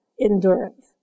endurance